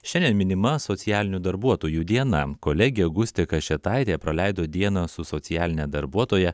šiandien minima socialinių darbuotojų diena kolegė gustė kašėtaitė praleido dieną su socialine darbuotoja